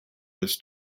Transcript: this